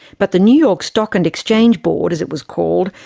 but the new york stock and exchange board, as it was called,